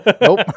Nope